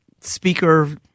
Speaker